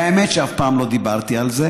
והאמת, שאף פעם לא דיברתי על זה,